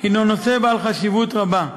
הוא נושא בעל חשיבות רבה.